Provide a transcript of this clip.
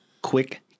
Quick